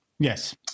Yes